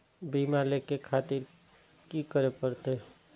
बीमा लेके खातिर की करें परतें?